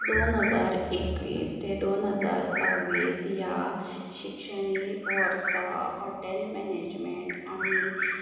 दोन हजार एकवीस ते दोन हजार बावीस ह्या शिक्षणीक वर्सा हॉटेल मॅनेजमेंट आनी